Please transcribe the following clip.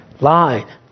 Lied